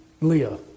Leah